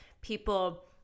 people